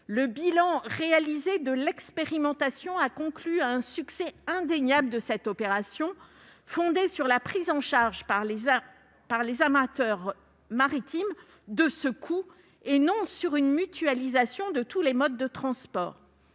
Le bilan de l'expérimentation réalisée a conclu à un succès indéniable de cette opération, fondée sur la prise en charge par les armateurs maritimes de ce coût, et non sur une mutualisation de tous les modes de transport.